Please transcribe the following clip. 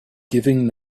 giving